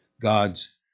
God's